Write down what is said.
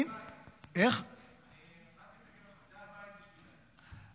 זה הבית בשבילם.